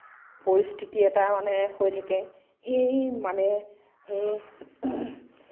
পৰিস্থিতি এটা মানে হৈ থাকে সেই মানে সেই